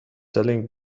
selling